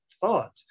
thought